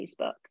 Facebook